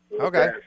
Okay